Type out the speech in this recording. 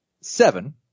Seven